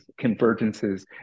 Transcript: convergences